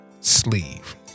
sleeve